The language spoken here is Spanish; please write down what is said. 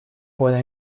puede